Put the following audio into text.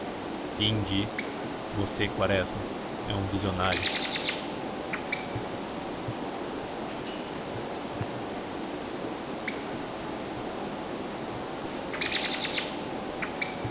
você quaresma é um visionário